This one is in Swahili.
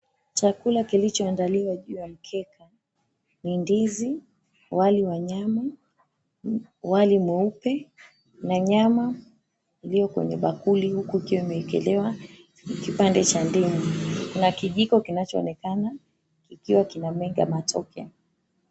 Chakula kilichoandaliwa juu ya mkeka ni ndizi, wali wa nyama, wali mweupe na nyama iliyo kwenye bakuli huku ikiwa imeekelewa kipande cha ndimu. Kuna kijiko kinachoonekana kikiwa kinamega matoke.